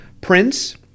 Prince